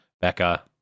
becca